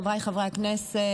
חבריי חברי הכנסת,